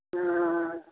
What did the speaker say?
ꯑ